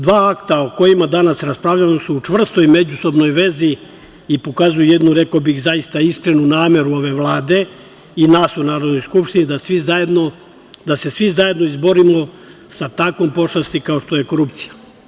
Dva akata o kojima danas raspravljamo su u čvrstoj međusobnoj vezi i pokazuju jednu, rekao bih, zaista iskrenu nameru ove Vlade i nas, u Narodnoj skupštini, da se svi zajedno izborimo sa takvom pošasti, kao što je korupcija.